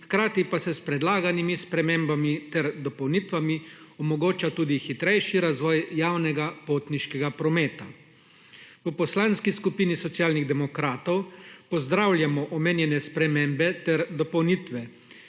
hkrati pa se s predlaganimi spremembami ter dopolnitvami omogoča tudi hitrejši razvoj javnega potniškega prometa. V Poslanski skupini Socialnih demokratov pozdravljamo omenjene spremembe ter dopolnitve.